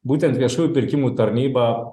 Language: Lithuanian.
būtent viešųjų pirkimų tarnyba